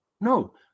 No